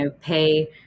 pay